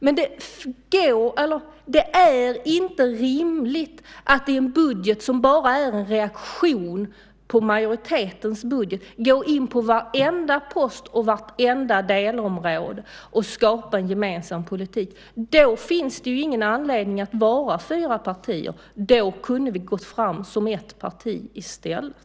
Men det är inte rimligt att i en budget som bara är en reaktion på majoritetens budget gå in på varenda post och vartenda delområde och skapa en gemensam politik. Då finns det ingen anledning att vara fyra partier. Då kunde vi ha gått fram som ett parti i stället.